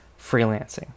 freelancing